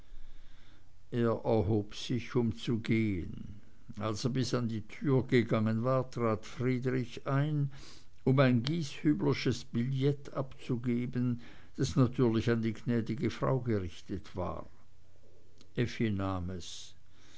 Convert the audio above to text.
er erhob sich um zu gehen als er bis an die tür gegangen war trat friedrich ein um ein gieshüblersches billett abzugeben das natürlich an die gnädige frau gerichtet war effi nahm es